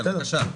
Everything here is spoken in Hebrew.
כן, בקשה.